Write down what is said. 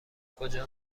کجا